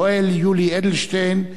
יולי יואל אדלשטיין,